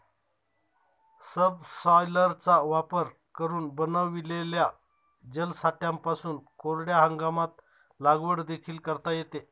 सबसॉयलरचा वापर करून बनविलेल्या जलसाठ्यांपासून कोरड्या हंगामात लागवड देखील करता येते